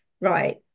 Right